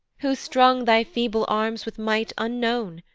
who strung thy feeble arms with might unknown,